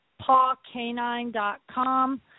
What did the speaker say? pawcanine.com